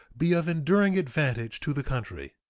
be of enduring advantage to the country.